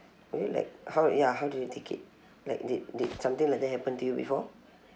were you like how ya how did you take it like did did something like that happen to you before